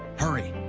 hurry,